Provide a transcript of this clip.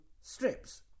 strips